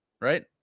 right